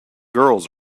girls